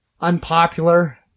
unpopular